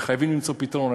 וחייבים למצוא פתרון.